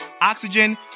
Oxygen